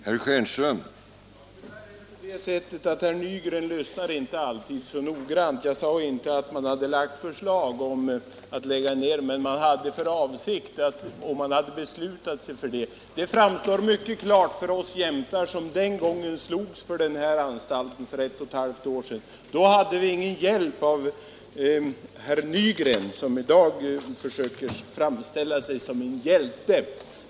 Herr talman! Tyvärr är det på det sättet att herr Nygren inte alltid lyssnar så noggrant. Jag sade inte att man hade lagt förslag om att lägga ner anstalten, men man hade den avsikten. Det framstår mycket klart för oss jämtar, som den gången för ett och ett halvt år sedan slogs för den här anstalten. Då hade vi ingen hjälp av herr Nygren, som i dag försöker framställa sig som en hjähe.